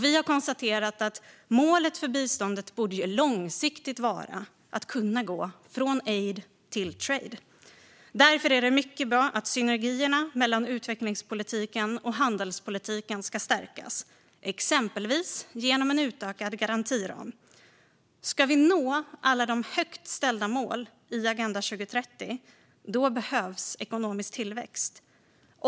Vi har konstaterat att målet för biståndet långsiktigt borde vara att kunna gå från aid till trade. Därför är det mycket bra att synergierna mellan utvecklingspolitiken och handelspolitiken ska stärkas, exempelvis genom en utökad garantiram. Ska vi nå alla de högt ställda målen i Agenda 2030 behövs ekonomisk tillväxt.